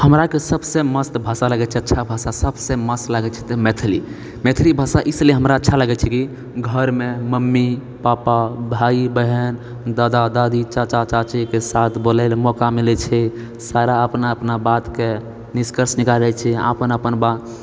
हमराके सबसे मस्त भाषा लगैछे अच्छा भाषा सबसे मस्त लगैछे तऽ मैथिली मैथिली भाषा इसलिए हमरा अच्छा लगैछे कि घरमे मम्मी पापा भाइ बहन दादा दादी चाचा चाचीके साथ बोलयले मौका मिलैछे सारा अपना अपना बातके निष्कर्ष निकालय छी अपन अपन बा